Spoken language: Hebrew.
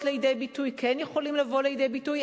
לידי ביטוי כן יכולים לבוא לידי ביטוי.